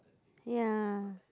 ya